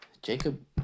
Jacob